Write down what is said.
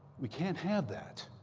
we can't have that.